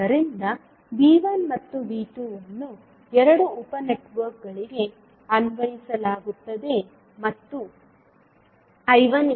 ಆದ್ದರಿಂದ V1 ಮತ್ತು V2ಅನ್ನು ಎರಡೂ ಉಪ ನೆಟ್ವರ್ಕ್ಗಳಿಗೆ ಅನ್ವಯಿಸಲಾಗುತ್ತದೆ ಮತ್ತು I1I1aI1b